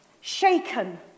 shaken